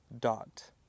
dot